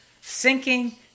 sinking